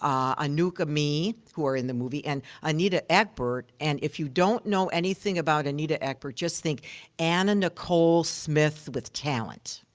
um anouk aimee, who are in the movie, and anita ekberg and if you don't know anything about anita ekberg, just think anna nicole smith with talent.